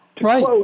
Right